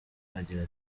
agira